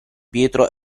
pietro